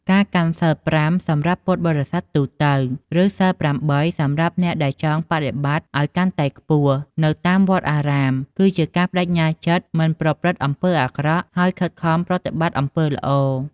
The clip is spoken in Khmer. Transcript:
ការកាន់សីលប្រាំ សម្រាប់ពុទ្ធបរិស័ទទូទៅ ឬសីលប្រាំបី សម្រាប់អ្នកដែលចង់បដិបត្តិឱ្យកាន់តែខ្ពស់ នៅតាមវត្តអារាម គឺជាការប្តេជ្ញាចិត្តមិនប្រព្រឹត្តអំពើអាក្រក់ ហើយខិតខំប្រតិបត្តិអំពើល្អ។